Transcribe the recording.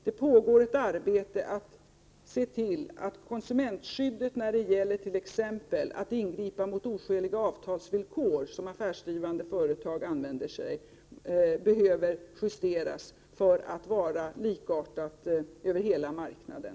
Det pågår ett arbete med att justera konsumentskyddet när det gäller t.ex. att ingripa mot oskäliga avtalsvillkor som affärsdrivande verk använder sig av, så att detta skydd blir likartat över hela marknaden.